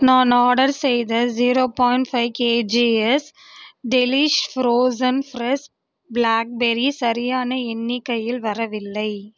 நான் ஆர்டர் செய்த zero point five KGs Delish frozen fresh blackberry சரியான எண்ணிக்கையில் வரவில்லை